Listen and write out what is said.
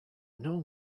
know